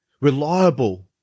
reliable